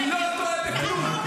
אני לא טועה בכלום.